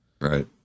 Right